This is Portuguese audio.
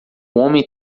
homem